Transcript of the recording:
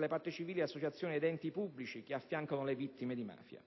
le parti civili, le associazioni e gli enti pubblici che affiancano le vittime di mafia.